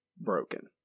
broken